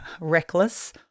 reckless